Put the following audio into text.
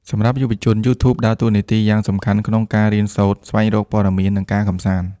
សម្រាប់យុវជន YouTube ដើរតួនាទីយ៉ាងសំខាន់ក្នុងការរៀនសូត្រ ស្វែងរកព័ត៌មាន និងការកម្សាន្ត។